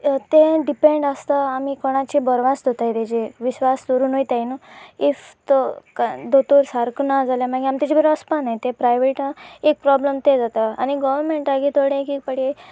तें डिपेंड आसता आमी कोणाची बरवास दवरताय ताचेर विश्वास दवरून वतात न्हय इफ तो दोतोर सारको ना जाल्यार मागीर आमी ताचे बोले वचपा नाय ते प्रायवेट एक प्रोब्लम तें जाता आनी गोवर्मेंटागे थोडे एक एक फावटी